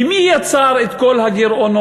כי מי יצר את כל הגירעונות?